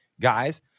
guys